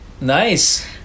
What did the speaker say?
Nice